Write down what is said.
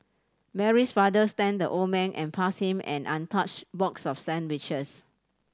Mary's father thanked the old man and passed him an untouched box of sandwiches